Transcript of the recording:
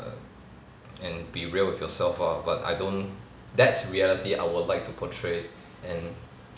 and be real with yourself ah but I don't that's reality I will like to portray and